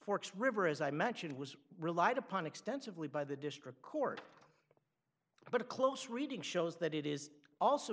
forks river as i mentioned was relied upon extensively by the district court but a close reading shows that it is also